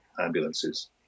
ambulances